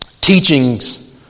teachings